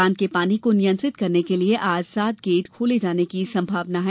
बांध के पानी को नियन्त्रित करने के लिये आज सात गेट खोले जाने की सम्मावना है